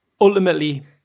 ultimately